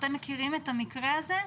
אתם מכירים את המקרה הזה,